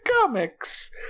comics